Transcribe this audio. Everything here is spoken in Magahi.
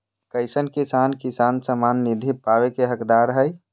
कईसन किसान किसान सम्मान निधि पावे के हकदार हय?